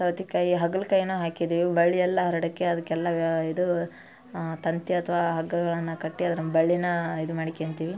ಸೌತೆಕಾಯಿ ಹಾಗಲ್ಕಾಯ್ನ ಹಾಕಿದ್ದೀವಿ ಬಳ್ಳಿ ಎಲ್ಲ ಹರಡಕ್ಕೆ ಅದಕ್ಕೆಲ್ಲ ಇದು ತಂತಿ ಅಥ್ವಾ ಹಗ್ಗಗಳನ್ನು ಕಟ್ಟಿ ಅದ್ರ ಬಳ್ಳಿನ ಇದು ಮಾಡ್ಕ್ಯಂತಿವಿ